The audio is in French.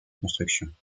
construction